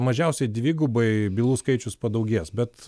mažiausiai dvigubai bylų skaičius padaugės bet